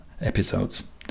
episodes